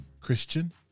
Christian